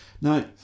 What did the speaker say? Now